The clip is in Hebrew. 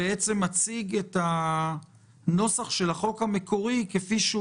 מציג את הנוסח של החוק המקורי כפי שהוא